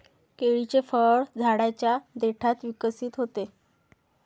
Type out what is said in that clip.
केळीचे फळ झाडाच्या देठात विकसित होते